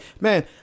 man